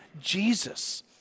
Jesus